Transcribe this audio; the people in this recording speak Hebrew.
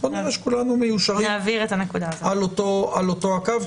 בואו נראה שכולנו מיושרים על אותו הקו.